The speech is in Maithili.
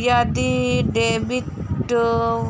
यदि डेबिट